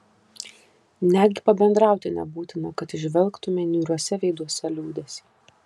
netgi pabendrauti nebūtina kad įžvelgtumei niūriuose veiduose liūdesį